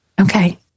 okay